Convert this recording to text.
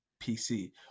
PC